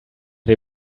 dem